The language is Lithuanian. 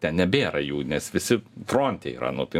ten nebėra jų nes visi fronte yra nu tai